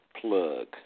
plug